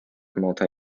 multi